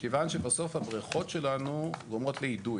מכיוון שבסוף הבריכות שלנו גורמות לאידוי.